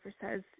says